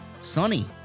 Sunny